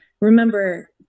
remember